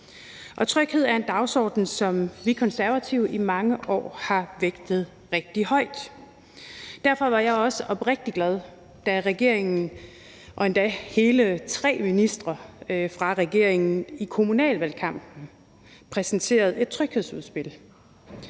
Tryghed er en dagsorden, som vi Konservative i mange år har vægtet rigtig højt, og derfor var jeg også oprigtigt glad, da regeringen og endda hele tre ministre fra regeringen i kommunalvalgkampen præsenterede et tryghedsudspil,